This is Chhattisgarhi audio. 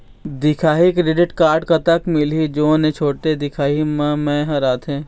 दिखाही क्रेडिट कारड कतक मिलही जोन एक छोटे दिखाही म मैं हर आथे?